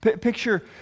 Picture